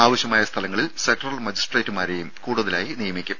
ആവശ്യമായ സ്ഥലങ്ങളിൽ സെക്ടറൽ മജിസ്ട്രേറ്റുമാരെയും കൂടുതലായി നിയമിക്കും